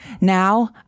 Now